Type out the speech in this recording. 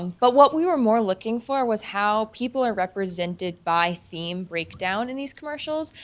but what we were more looking for was how people are represented by theme breakdown in these commercials.